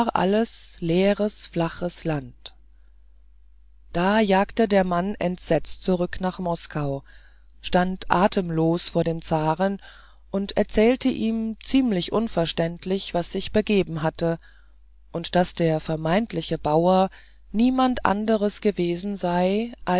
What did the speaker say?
alles leeres flaches land da jagte der mann entsetzt zurück nach moskau stand atemlos vor dem zaren und erzählte ihm ziemlich unverständlich was sich begeben hatte und daß der vermeintliche bauer niemand anderes gewesen sei